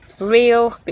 real